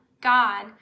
God